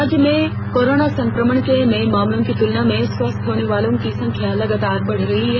राज्य में कोरोना संक्रमण के नए मामलों की तुलना में स्वस्थ होने वालों की संख्या लगातार बढ़ रही है